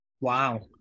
Wow